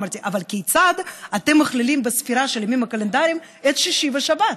אמרתי: אבל כיצד אתם מכלילים בספירה של הימים הקלנדריים את שישי ושבת?